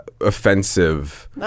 offensive